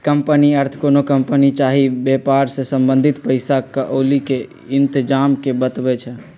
company अर्थ कोनो company चाही वेपार से संबंधित पइसा क्औरी के इतजाम के बतबै छइ